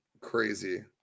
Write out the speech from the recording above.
Crazy